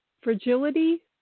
fragility